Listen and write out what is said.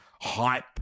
hype